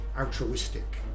altruistic